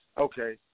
Okay